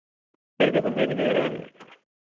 कैसे पसेरी दे रहे हैं